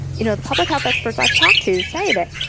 you know, the public health experts i've talked to say that,